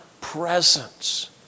presence